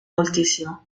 moltissimo